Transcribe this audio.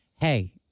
Hey